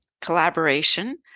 collaboration